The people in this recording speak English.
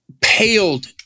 paled